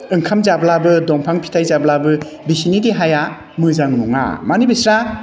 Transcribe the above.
ओंखाम जाब्लाबो दंफां फिथाइ जाब्लाबो बिसोरनि देहाया मोजां नङा माने बिसोरहा